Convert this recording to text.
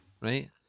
right